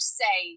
say